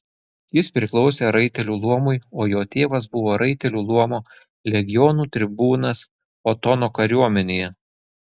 jis priklausė raitelių luomui o jo tėvas buvo raitelių luomo legionų tribūnas otono kariuomenėje